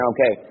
Okay